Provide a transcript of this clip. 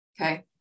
Okay